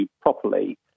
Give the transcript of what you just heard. properly